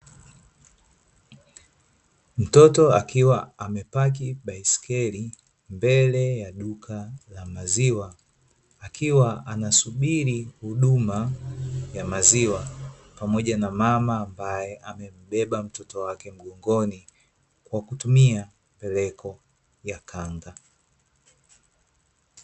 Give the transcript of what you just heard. Mtoto akiwa amepaki baiskeli mbele ya duka la maziwa, akiwa anasubiri huduma ya maziwa pamoja na mama ambae amembeba mtoto wake mgongoni kwa kutumia mbeleko ya khanga.